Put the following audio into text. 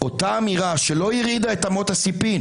אותה אמירה שלא הרעידה את אמות הספים